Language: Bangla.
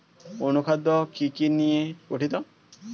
অনুখাদ্য কি কি নিয়ে গঠিত?